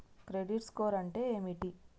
Credit score అంటే ఏమిటి?